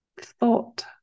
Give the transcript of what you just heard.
Thought